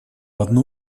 одну